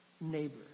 neighbor